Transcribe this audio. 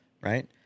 Right